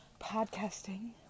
podcasting